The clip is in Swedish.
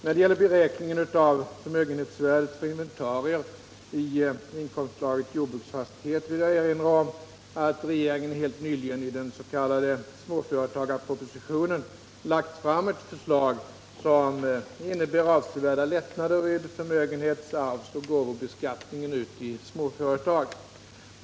När det gäller beräkningen av förmögenhetsvärdet för inventarier i inkomstslaget jordbruksfastighet vill jag erinra om att regeringen helt nyligen i den s.k. småföretagarpropositionen lagt fram ett förslag som innebär avsevärda lättnader vid förmögenhets-, arvsoch gåvobeskattningen i småföretag.